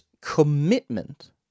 commitment